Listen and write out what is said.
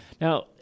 Now